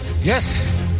Yes